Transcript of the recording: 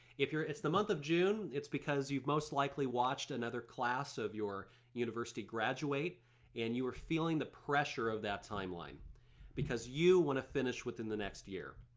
if it's the month of june it's because you've most likely watched another class of your university graduate and you are feeling the pressure of that timeline because you want to finish within the next year.